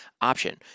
option